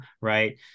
right